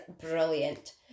brilliant